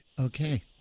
Okay